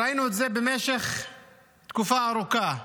ראינו את זה במשך תקופה ארוכה,